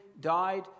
died